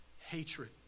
Hatred